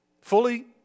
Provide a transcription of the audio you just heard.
Fully